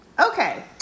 okay